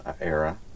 era